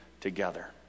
together